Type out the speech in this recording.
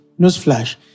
newsflash